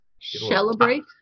Celebrate